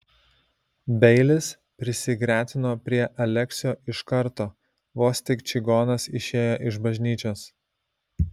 beilis prisigretino prie aleksio iš karto vos tik čigonas išėjo iš bažnyčios